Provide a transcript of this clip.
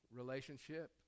relationship